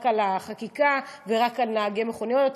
רק על החקיקה ורק על נהגי מכוניות.